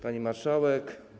Pani Marszałek!